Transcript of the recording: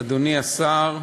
אדוני השר,